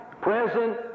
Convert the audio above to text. present